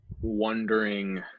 wondering